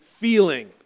Feeling